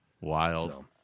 Wild